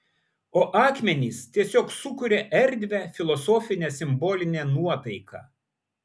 o akmenys tiesiog sukuria erdvią filosofinę simbolinę nuotaiką